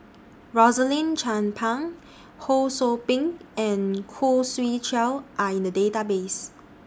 Rosaline Chan Pang Ho SOU Ping and Khoo Swee Chiow Are in The Database